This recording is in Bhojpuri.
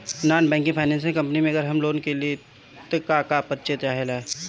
नॉन बैंकिंग फाइनेंशियल कम्पनी से अगर हम लोन लि त का का परिचय चाहे ला?